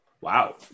Wow